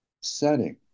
setting